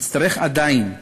נצטרך, עדיין,